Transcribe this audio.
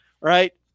right